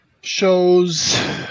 shows